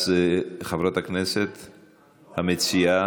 אז חברת הכנסת המציעה,